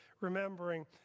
remembering